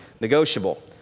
negotiable